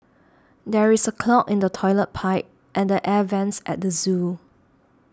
there is a clog in the Toilet Pipe and the Air Vents at the zoo